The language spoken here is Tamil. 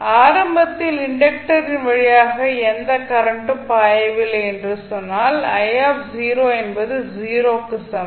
ஆரம்பத்தில் இண்டக்டரின் வழியாக எந்த கரண்ட் ம் பாயவில்லை என்று சொன்னால் என்பது 0 க்கு சமம்